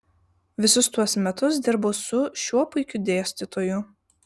visus tuos metus dirbau su šiuo puikiu dėstytoju